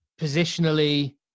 positionally